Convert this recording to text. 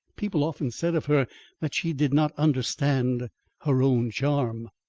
people often said of her that she did not understand her own charm.